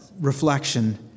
reflection